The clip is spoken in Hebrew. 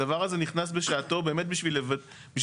הדבר הזה נכנס בשעתו באמת בשביל להיות